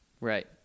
Right